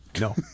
No